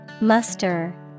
Muster